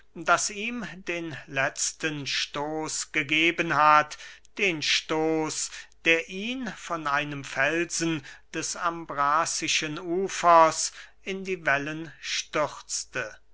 das ihm den letzten stoß gegeben hat den stoß der ihn von einem felsen des ambrazischen ufers in die wellen stürzte